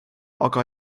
aga